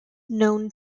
known